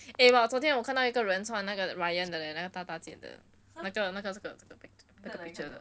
eh but 昨天我看到一个人穿那个 ryan 的 leh 那个大大件的那个那个这个这个 picture 的